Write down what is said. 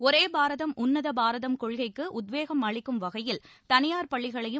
ஒரே பாரதம் உன்னத பாரதம் கொள்கைக்கு உத்வேகம் அளிக்கும் வகையில் தனியார் பள்ளிகளையும்